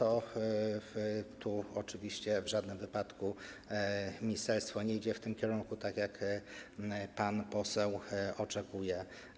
Oczywiście w żadnym wypadku ministerstwo nie idzie w tym kierunku, jakiego pan poseł oczekuje.